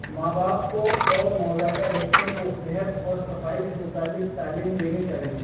ماں باپ کو اور نوزائيدہ بچوں كو صحت أور صفائى سے متعلق تعليم دينى چاہیے